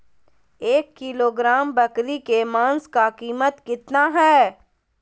एक किलोग्राम बकरी के मांस का कीमत कितना है?